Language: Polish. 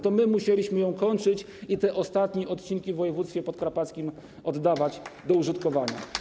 To my musieliśmy ją kończyć i te ostatnie odcinki w województwie podkarpackim oddawać do użytkowania.